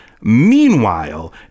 Meanwhile